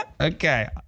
okay